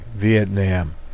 Vietnam